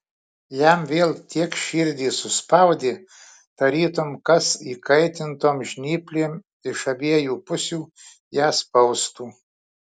jam vėl tiek širdį suspaudė tarytum kas įkaitintom žnyplėm iš abiejų pusių ją spaustų